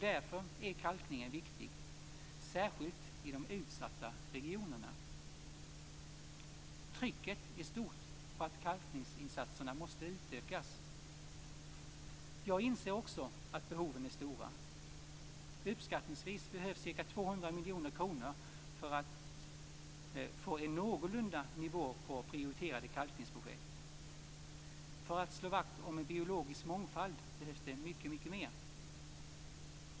Därför är kalkningen viktig, särskilt i de utsatta regionerna. Trycket är stort på att kalkningsinsatserna måste utökas. Jag inser också att behoven är stora. Uppskattningsvis behövs ca 200 miljoner kronor för att få en någorlunda nivå på prioriterade kalkningsprojekt. För att slå vakt om en biologisk mångfald behövs det mycket mer.